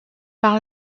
par